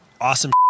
awesome